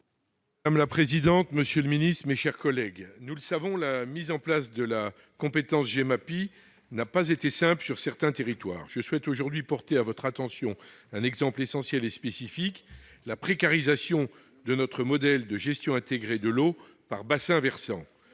Madame la présidente, monsieur le ministre, mes chers collègues, nous le savons, la mise en place de la compétence Gemapi n'a pas été simple sur certains territoires. Je souhaite aujourd'hui porter à votre attention un exemple essentiel et spécifique : la précarisation de notre modèle de gestion intégrée de l'eau par bassin versant.